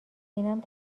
اینم